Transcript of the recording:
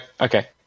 Okay